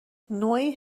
نوعی